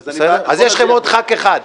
אז יש לכם עוד חבר כנסת אחד.